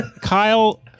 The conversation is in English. Kyle